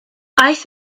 aeth